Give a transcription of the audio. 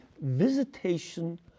visitation